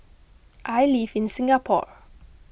I live in Singapore